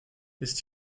ist